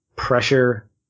pressure